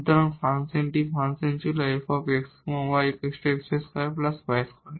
সুতরাং ফাংশনটি ফাংশন ছিল f x y x2 y2